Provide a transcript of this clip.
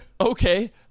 Okay